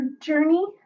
journey